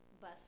bus